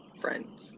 friends